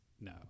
No